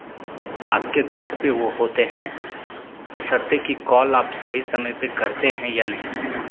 आपके घर पे वो होते हैं बशर्ते कि कॉल आप सही समय पे करते हैं या नहीं